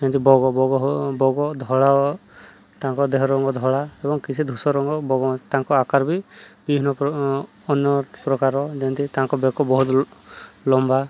ଯେମିତି ବଗ ବଗ ବଗ ଧଳା ତାଙ୍କ ଦେହ ରଙ୍ଗ ଧଳା ଏବଂ କିଛି ଧୂସର ରଙ୍ଗ ବଗ ତାଙ୍କ ଆକାର ବି ବିଭିନ୍ନ ଅନ୍ୟ ପ୍ରକାର ଯେମିତି ତାଙ୍କ ବେକ ବହୁତ ଲମ୍ବା